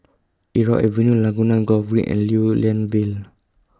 Irau Avenue Laguna Golf Green and Lew Lian Vale